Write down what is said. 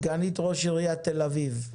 סגנית ראש עיריית תל אביב,